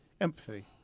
Empathy